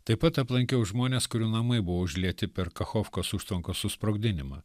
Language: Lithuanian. taip pat aplankiau žmones kurių namai buvo užlieti per kachovkos užtvankos susprogdinimą